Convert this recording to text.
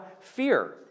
fear